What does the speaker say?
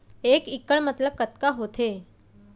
एक इक्कड़ मतलब कतका होथे?